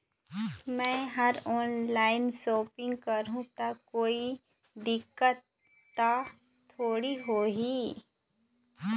मैं हर online shopping करू ता कोई दिक्कत त थोड़ी होही?